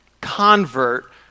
convert